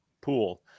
pool